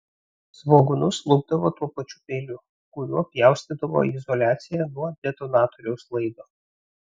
svogūnus lupdavo tuo pačiu peiliu kuriuo pjaustydavo izoliaciją nuo detonatoriaus laido